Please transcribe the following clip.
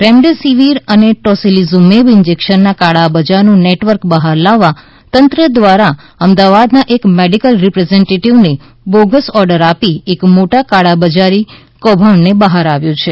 remdesivir અને tocilizumab ઇન્જેક્શનના કાળાબજારનું નેટવર્ક બહાર લાવવા તંત્ર દ્વારા અમદાવાદના એક મેડીકલ રીપ્રેઝન્ટેટીવને બોગસ ઓર્ડર આપી એક મોટા કાળાબજારી કૌભાંડ બહાર આવ્યું છે